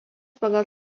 pagal